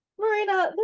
marina